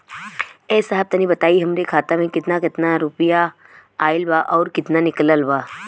ए साहब तनि बताई हमरे खाता मे कितना केतना रुपया आईल बा अउर कितना निकलल बा?